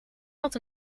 had